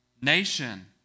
Nation